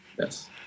Yes